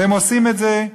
והם עושים את זה,